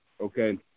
Okay